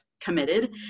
committed